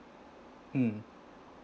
mm